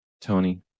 Tony